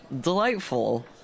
Delightful